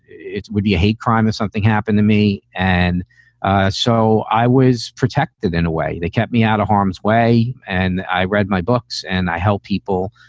it would be a hate crime if something happened to me. and so i was protected in a way that kept me out of harm's way. and i read my books and i help people.